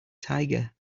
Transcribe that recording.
tiger